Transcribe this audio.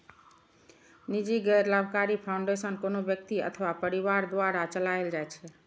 निजी गैर लाभकारी फाउंडेशन कोनो व्यक्ति अथवा परिवार द्वारा चलाएल जाइ छै